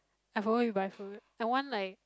I follow you buy food I want like